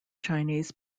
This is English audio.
chinese